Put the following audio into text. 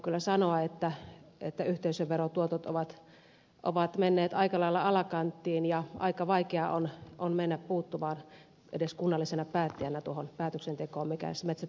voin kyllä sanoa että yhteisöverotuotot ovat menneet aika lailla alakanttiin ja aika vaikea on mennä puuttumaan edes kunnallisena päättäjänä tuohon päätöksentekoon mikä metsäteollisuuden puolellakin on tällä hetkellä käynnissä